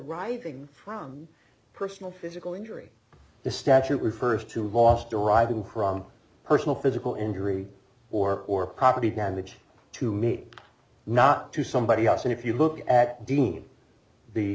deriving from personal physical injury the statute refers to loss deriving from personal physical injury or or property damage to me not to somebody else and if you look at deem the